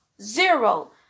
zero